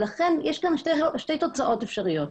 לכן יש כאן שתי תוצאות אפשריות: